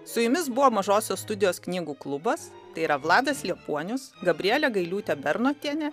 su jumis buvo mažosios studijos knygų klubas tai yra vladas liepuonius gabrielė gailiūtė bernotienė